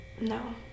No